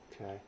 Okay